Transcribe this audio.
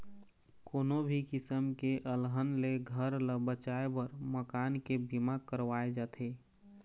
कोनो भी किसम के अलहन ले घर ल बचाए बर मकान के बीमा करवाए जाथे